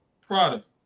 product